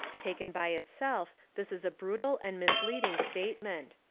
taken by itself this is a brutal and misleading statement.